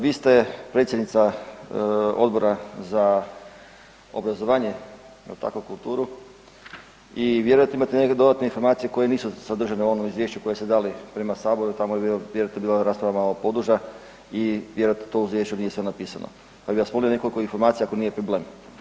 Vi ste predsjednica Odbora za obrazovanje, jel tako i kulturu i vjerojatno imate neke dodatne informacije koje nisu sadržane u onom izvješću koje ste dali prema saboru, tamo je bila, vjerojatno bila rasprava malo poduža i vjerojatno to u izvješću nije sve napisano, pa bi vas molio nekoliko informacija ako nije problem.